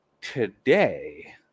Today